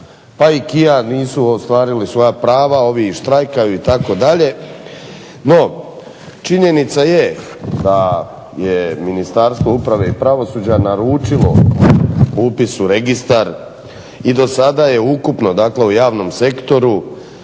pa i KIO-a nisu ostvarili svoja prava ovi štrajkaju itd. No činjenica je da je Ministarstvo uprave i pravosuđa naručilo upis u registar i do sada je ukupno, dakle u javnom sektoru